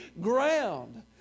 ground